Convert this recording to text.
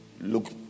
look